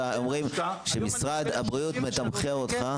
שנה שבו אנחנו מסתכלים מחדש על השירות.